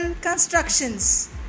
constructions